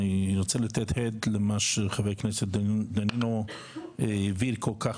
אני רוצה לתת חיזוק למה שחבר הכנסת דנינו הבהיר כל-כך